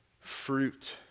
fruit